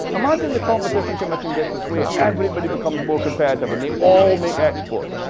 imagine the competition commission gets its way and everybody becomes more competitive, and they all make exports.